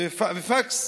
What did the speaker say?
ופקס,